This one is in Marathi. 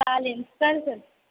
चालेल चल तर